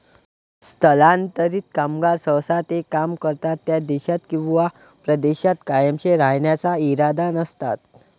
स्थलांतरित कामगार सहसा ते काम करतात त्या देशात किंवा प्रदेशात कायमचे राहण्याचा इरादा नसतात